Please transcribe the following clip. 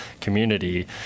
community